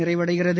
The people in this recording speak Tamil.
நிறைவடைகிறது